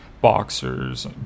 boxers